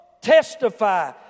testify